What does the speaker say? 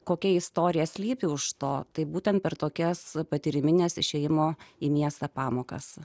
kokia istorija slypi už to tai būtent per tokias patyrimines išėjimo į miestą pamokas